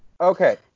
Okay